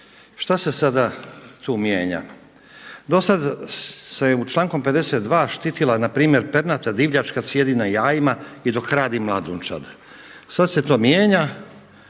Šta se sada tu mijenja? Do sad se člankom 52. štitila na primjer pernata divljač kad sjedi na jajima i dok hrani mladunčad. Sad se to mijenja,